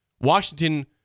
Washington